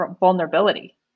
vulnerability